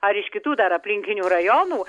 ar iš kitų dar aplinkinių rajonų